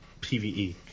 PvE